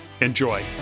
enjoy